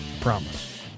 Promise